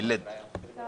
אנחנו